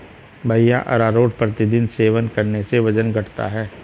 भैया अरारोट प्रतिदिन सेवन करने से वजन घटता है